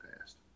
past